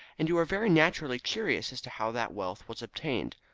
and you are very naturally curious as to how that wealth was obtained.